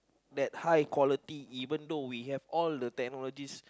that high quality even though we have all the technologies